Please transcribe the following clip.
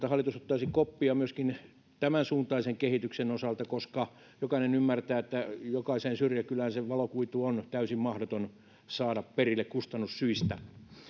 hallitus ottaisi koppia myöskin tämänsuuntaisen kehityksen osalta koska jokainen ymmärtää että jokaiseen syrjäkylään se valokuitu on täysin mahdoton saada perille kustannussyistä